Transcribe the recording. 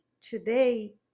today